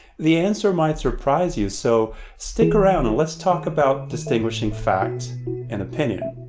the answer might surprise you, so stick around and let's talk about distinguishing fact and opinion.